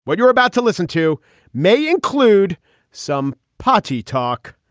what you're about to listen to may include some party talk.